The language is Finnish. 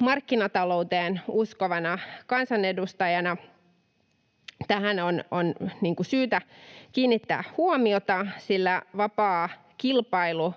markkinatalouteen uskovana kansanedustajana minusta tähän on syytä kiinnittää huomiota, sillä vapaa kilpailu